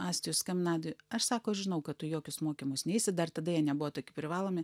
astijus skambinai aidui aš sako žinau kad tu į jokius mokymus neisi dar tada jie nebuvo toki privalomi